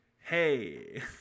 Hey